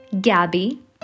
Gabby